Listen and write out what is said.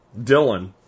Dylan